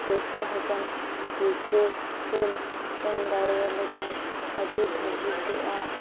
ᱠᱷᱚᱨᱪᱟ ᱦᱟᱠᱟᱱ ᱯᱩᱭᱥᱟᱹ ᱦᱚᱢ ᱮᱢ ᱫᱟᱲᱮᱭᱟᱞᱮ ᱠᱷᱟᱱ ᱟᱹᱰᱤ ᱵᱷᱟᱹᱜᱤ ᱠᱚᱜᱼᱟ